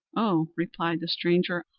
oh! replied the stranger,